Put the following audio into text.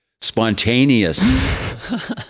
spontaneous